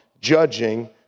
judging